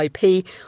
IP